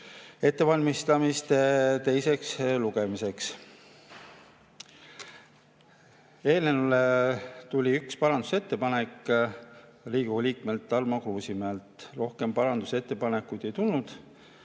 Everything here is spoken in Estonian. ettevalmistamist teiseks lugemiseks. Eelnõu kohta tuli üks parandusettepanek Riigikogu liikmelt Tarmo Kruusimäelt. Rohkem parandusettepanekuid ei tulnud.